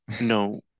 No